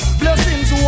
blessings